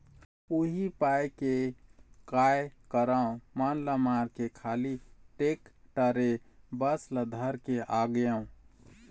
उही पाय के काय करँव मन ल मारके खाली टेक्टरे बस ल धर के आगेंव